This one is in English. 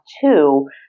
two